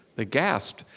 ah gasped.